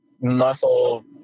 muscle